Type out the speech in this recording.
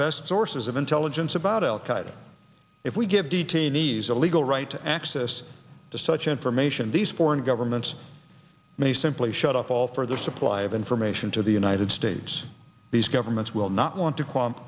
best sources of intelligence about al qaida if we give detainees a legal right to access to such information these foreign governments may simply shut off all further supply of information to the united states these governments will not want to